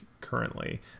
currently